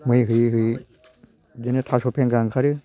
मै होयै होयै बिदिनो थास' फेंखा ओंखारो